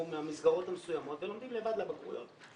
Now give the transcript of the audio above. מהמסגרות המסוימות ולומדים לבד לבגרויות.